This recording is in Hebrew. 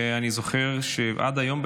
ואני זוכר שעד היום,